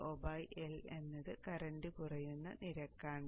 Vo L എന്നത് current കുറയുന്ന നിരക്കാണ്